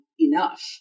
enough